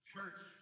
Church